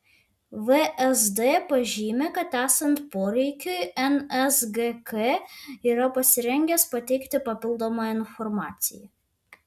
vsd pažymi kad esant poreikiui nsgk yra pasirengęs pateikti papildomą informaciją